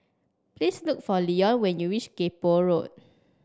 please look for Leon when you reach Kay Poh Road